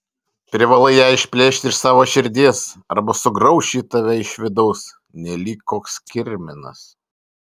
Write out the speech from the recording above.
privalai ją išplėšti iš savo širdies arba sugrauš ji tave iš vidaus nelyg koks kirminas